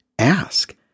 ask